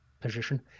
Position